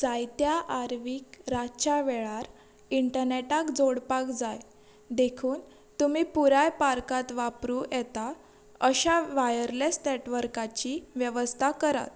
जायत्या आर्वीक रातच्या वेळार इंटरनॅटाक जोडपाक जाय देखून तुमी पुराय पार्कांत वापरूंक येता अशा वायरलेस नॅटवर्काची वेवस्था करात